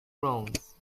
rounds